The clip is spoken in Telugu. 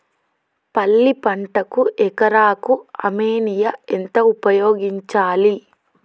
పల్లి పంటకు ఎకరాకు అమోనియా ఎంత ఉపయోగించాలి?